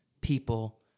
people